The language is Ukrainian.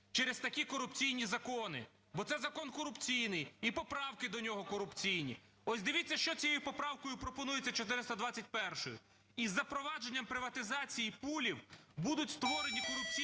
через такі корупційні закони, бо це закон корупційний і поправки до нього корупційні. Ось, дивіться, що цією поправкою пропонується, 421-ю. Із запровадженням приватизації пулів будуть створені корупційні